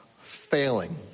failing